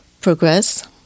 progress